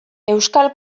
euskal